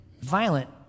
violent